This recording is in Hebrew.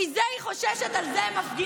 מזה היא חוששת, על זה הן מפגינות.